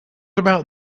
about